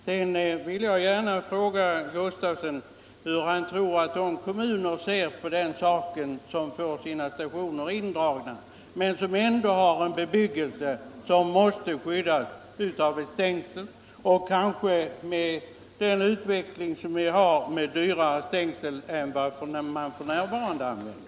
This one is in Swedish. Sedan vill jag gärna fråga herr Sven Gustafson i Göteborg hur han tror att de kommuner ser på den här saken som får sina stationer indragna men som ändå har en bebyggelse som måste skyddas av ett stängsel och kanske — på grund av den utveckling vi har — ett dyrare stängsel än vad man f.n. använder.